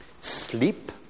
sleep